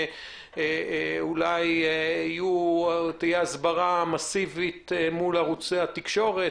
אולי דרושה הסברה אינטנסיבית בערוצי התקשורת.